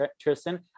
Tristan